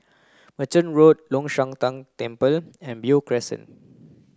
Merchant Road Long Shan Tang Temple and Beo Crescent